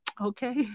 okay